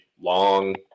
long